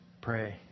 pray